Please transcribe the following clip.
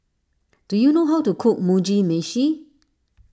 do you know how to cook Mugi Meshi